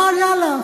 אבל יאללה,